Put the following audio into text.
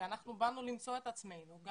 ואנחנו באנו למצוא את עצמנו.